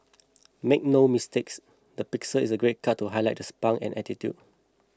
make no mistakes the pixie is a great cut highlight the spunk and attitude